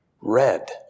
Red